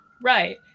Right